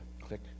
click